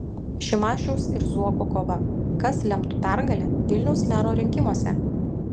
šimašiaus ir zuoko kova kas lemtų pergalę vilniaus mero rinkimuose